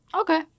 Okay